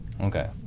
okay